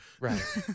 Right